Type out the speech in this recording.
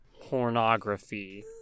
pornography